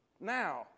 now